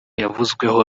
yavuzweho